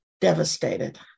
devastated